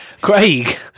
Craig